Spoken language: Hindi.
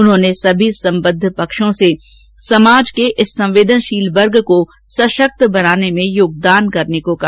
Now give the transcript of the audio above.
उन्होंने सभी सम्बद्ध पक्षों से समाज के इस संवेदनशील वर्ग को सशक्त बनाने में योगदान करने को कहा